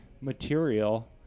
material